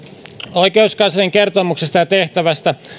oikeuskanslerin kertomuksesta ja tehtävästä